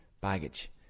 baggage